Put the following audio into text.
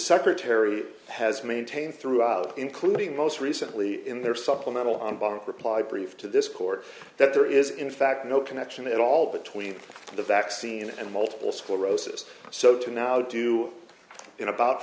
secretary has maintained throughout including most recently in their supplemental on bark reply brief to this court that there is in fact no connection at all between the vaccine and multiple sclerosis so to now do in about